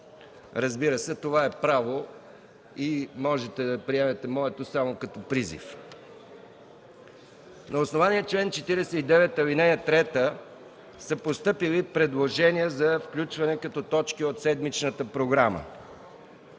Разбира се, това е право и можете да приемете моето само като призив. На основание чл. 49, ал. 3 са постъпили предложения за включване като точки от седмичната програма: